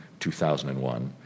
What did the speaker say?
2001